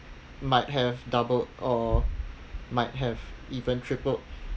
might have doubled or might have even tripled